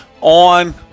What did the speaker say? on